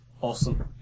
Awesome